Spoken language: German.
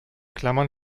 klammern